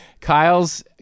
Kyle's